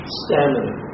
stamina